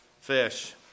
fish